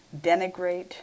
denigrate